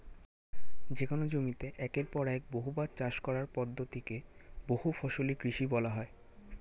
যেকোন জমিতে একের পর এক বহুবার চাষ করার পদ্ধতি কে বহুফসলি কৃষি বলা হয়